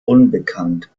unbekannt